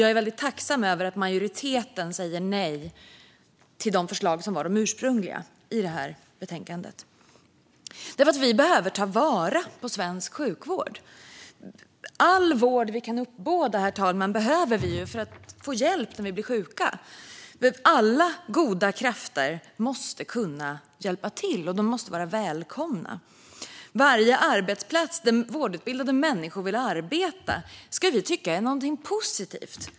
Jag är väldigt tacksam över att majoriteten säger nej till de ursprungliga förslagen i detta betänkande. Vi behöver nämligen ta vara på svensk sjukvård. All vård vi kan uppbåda behöver vi, herr talman, för att kunna få hjälp när vi blir sjuka. Alla goda krafter måste kunna hjälpa till och måste vara välkomna. Varje arbetsplats där vårdutbildade människor vill arbeta ska vi se som något positivt.